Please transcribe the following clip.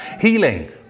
Healing